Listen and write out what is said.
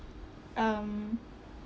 um